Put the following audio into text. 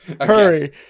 Hurry